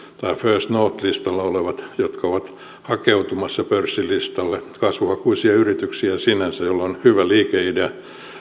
tai first north listalla olevat jotka ovat hakeutumassa pörssilistalle kasvuhakuisia yrityksiä sinänsä joilla on hyvä liike idea